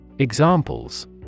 Examples